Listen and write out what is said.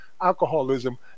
alcoholism